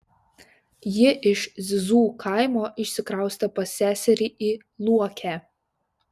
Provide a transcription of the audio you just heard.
ji iš zizų kaimo išsikraustė pas seserį į luokę